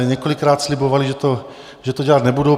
Několikrát slibovali, že to dělat nebudou.